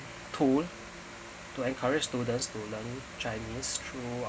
tool to encourage students to learning chinese through our